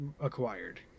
acquired